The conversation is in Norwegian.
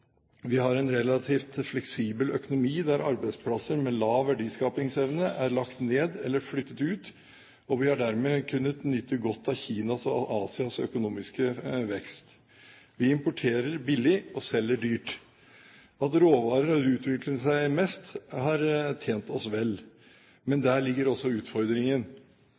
Vi har en relativt fleksibel økonomi der arbeidsplasser med lav verdiskapingsevne er lagt ned eller flyttet ut, og vi har dermed kunnet nyte godt av Kinas og Asias økonomiske vekst. Vi importerer billig og selger dyrt. At råvarer har utviklet seg mest, har tjent oss vel, men der ligger også utfordringen.